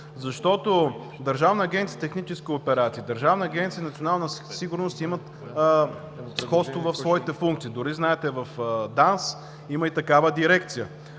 защото Държавна агенция „Технически операции“ и Държавна агенция „Национална сигурност“ имат сходство в своите функции. Дори знаете, че в ДАНС има и такава дирекция.